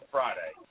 Friday